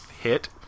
hit